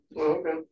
okay